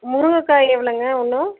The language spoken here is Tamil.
முருங்கைக்காய் எவ்வளோங்க ஒன்று